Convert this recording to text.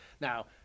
Now